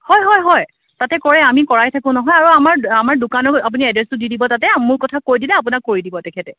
হয় হয় হয় তাতে কৰে আমি কৰাই থাকোঁ নহয় আৰু আমাৰ দ আমাৰ দোকানৰ আপুনি এড্ৰেছটো দি দিব তাতে মোৰ কথা কৈ দিলে আপোনাক কৰি দিব তেখেতে